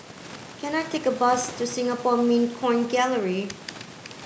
can I take a bus to Singapore Mint Coin Gallery